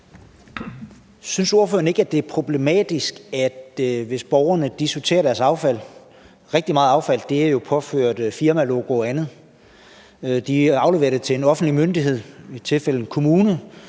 Synes ordføreren ikke, at det er problematisk, hvis borgerne sorterer deres affald – rigtig meget affald er jo påført firmalogo og andet – afleverer det til en offentlig myndighed, i det her tilfælde en kommune,